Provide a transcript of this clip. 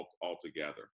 altogether